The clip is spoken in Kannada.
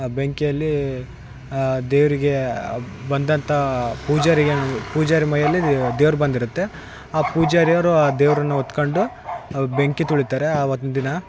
ಆ ಬೆಂಕಿಯಲ್ಲಿ ಆ ದೇವರಿಗೆ ಬಂದಂಥ ಪೂಜಾರಿಗೆ ಪೂಜಾರಿ ಮೈಯಲ್ಲಿ ದೇವ್ರು ಬಂದಿರುತ್ತೆ ಆ ಪೂಜಾರಿಯವರು ದೇವರನ್ನ ಹೊತ್ಕೊಂಡ್ ಆ ಬೆಂಕಿ ತುಳಿತಾರೆ ಆವತ್ತಿನದಿನ